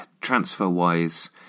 transfer-wise